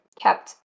kept